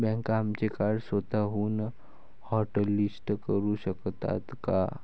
बँका आमचे कार्ड स्वतःहून हॉटलिस्ट करू शकतात का?